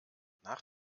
nach